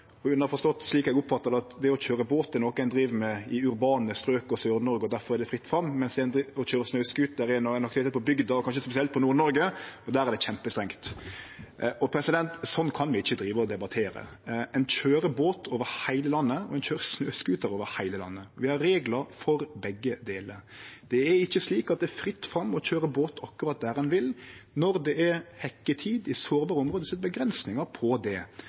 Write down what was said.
båt er noko ein driv med i urbane strøk og Sør-Noreg, og at det difor er fritt fram, mens det å køyre snøscooter er ein aktivitet ein gjer på bygda – og kanskje spesielt i Nord-Noreg – og der er det kjempestrengt. Slik kan vi ikkje drive å debattere. Ein køyrer båt over heile landet, og ein køyrer snøscooter over heile landet. Vi har reglar for begge delar. Det er ikkje slik at det er fritt fram å køyre båt akkurat der ein vil. Når det er hekketid i sårbare område, er det avgrensingar på det.